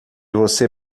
você